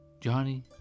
Johnny